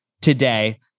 today